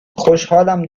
خوشحالم